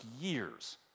years